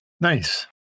Nice